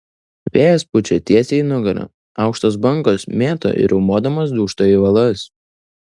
vėjas pučia tiesiai į nugarą aukštos bangos mėto ir riaumodamos dūžta į uolas